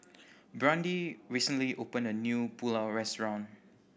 Brandi recently opened a new Pulao Restaurant